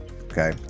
okay